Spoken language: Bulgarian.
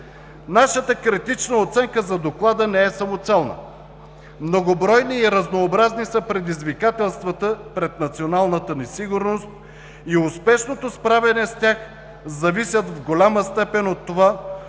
Нашата критична оценка за Доклада не е самоцелна. Многобройни и разнообразни са предизвикателствата пред националната ни сигурност и успешното справяне с тях зависи в голяма степен от това